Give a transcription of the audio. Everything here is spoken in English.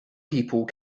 people